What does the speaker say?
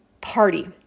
party